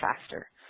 faster